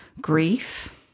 grief